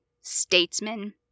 statesman